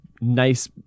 nice